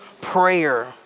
prayer